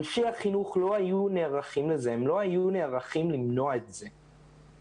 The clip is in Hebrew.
אנשי החינוך לא היו ערוכים למנוע את זה.